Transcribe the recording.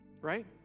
right